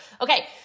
Okay